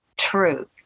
True